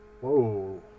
Whoa